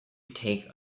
take